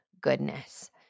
goodness